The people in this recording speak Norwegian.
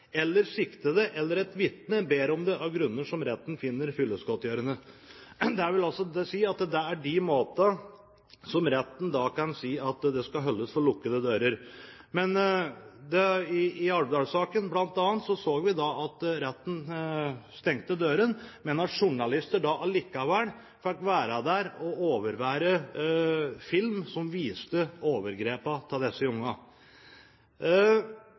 eller en siktet eller et vitne ber om det av grunner som retten finner fyllestgjørende.» Det vil si at det er på det grunnlag retten kan si at møtet skal holdes for lukkede dører. I bl.a. Alvdal-saken så vi at retten stengte dørene, men at journalister likevel fikk være der og overvære film som viste overgrepene mot disse ungene.